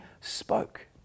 spoke